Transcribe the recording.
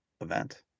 event